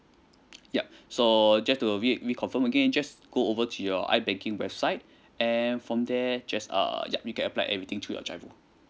yup so just to re re confirm again just go over to your I banking website and from there just err yup you can apply everything through your GIRO